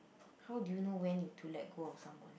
how do you know when you to let go of someone